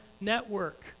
network